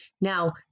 now